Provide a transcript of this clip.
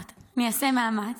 אעשה מאמץ.